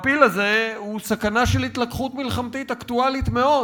הפיל הזה הוא סכנה של התלקחות מלחמתית אקטואלית מאוד